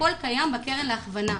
הכול קיים בקרן ההכוונה.